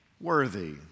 worthy